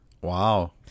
Wow